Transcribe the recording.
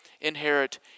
inherit